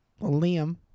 Liam